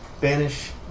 Banish